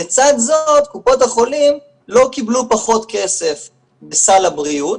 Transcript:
לצד זאת קופות החולים לא קיבלו פחות כסף בסל הבריאות,